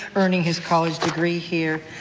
earning his college degree here.